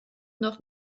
noch